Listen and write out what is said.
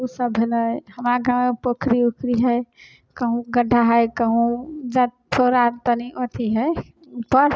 ओसब भेलै हमरा गाँवमे पोखरि उखरि हइ कहुँ गड्ढा हइ कहुँ जब थोड़ा तनि अथी हइ उपर